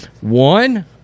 One